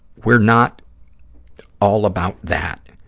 we're not all about that.